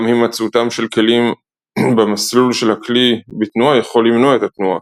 גם הימצאותם של כלים במסלול של הכלי בתנועה יכול למנוע את התנועה,